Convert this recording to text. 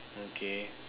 okay